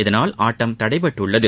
அதனால் ஆட்டம் தடைபட்டுள்ளது